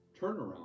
turnaround